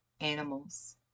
Animals